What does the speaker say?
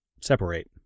separate